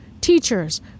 teachers